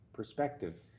perspective